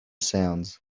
sands